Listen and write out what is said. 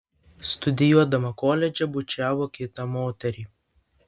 studijuodama koledže bučiavo kitą moterį